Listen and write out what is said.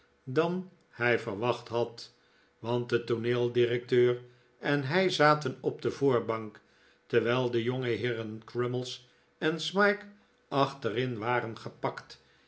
dan hij verwacht had want de tooneeldirecteur en hij zaten op de voorbank terwijl de jongeheeren crummies en smike achterin waren gepakt